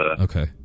Okay